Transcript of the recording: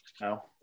No